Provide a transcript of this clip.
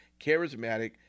charismatic